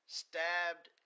stabbed